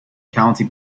county